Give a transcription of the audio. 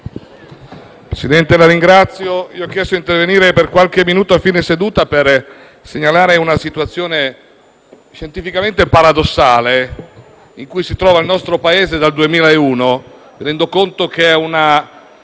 Presidente, ho chiesto di intervenire per qualche minuto a fine seduta per segnalare la situazione certamente paradossale in cui si trova il nostro Paese dal 2001. Mi rendo conto che è una